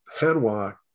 Hanwha